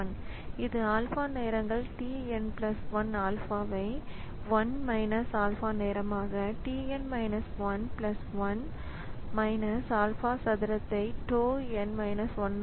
இது ஆல்பா நேரங்கள் tn ஆல்பாவை 1 ஆல்பா நேரமாக tn 1 1 ஆல்பா சதுரத்தை tau n 1